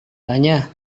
tanya